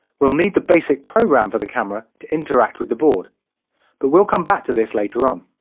we'll need the basic program for the camera to interact with the board but we'll come back to this later on.